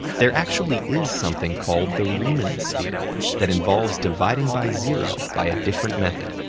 there actually is something called the riemann sphere that involves dividing by zero by a different method,